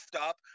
up